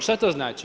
Šta to znači?